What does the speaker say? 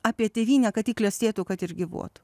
apie tėvynę kad ji klestėtų kad ir gyvuotų